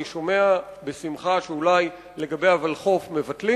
אני שומע בשמחה שאולי לגבי הוולחו"ף נסוגים